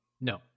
No